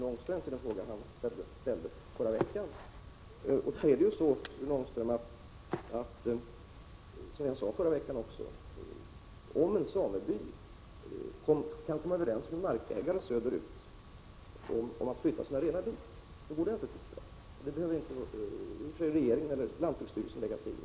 Om en sameby kan komma överens med en markägare söderut om att flytta sina renar till hans mark går det, som jag sade förra veckan, Rune Ångström, naturligtvis bra. Det behöver inte regeringen eller lantbruksstyrelsen lägga sig i.